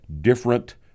different